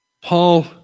Paul